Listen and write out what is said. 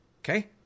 Okay